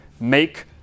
make